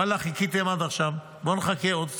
ואללה, חיכיתם עד עכשיו, בואו נחכה עוד קצת,